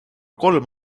kolm